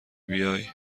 بیای